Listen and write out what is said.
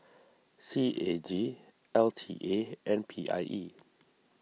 C A G L T A and P I E